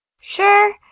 Sure